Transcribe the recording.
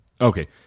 Okay